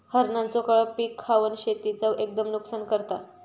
हरणांचो कळप पीक खावन शेतीचा एकदम नुकसान करता